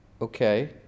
Okay